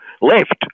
left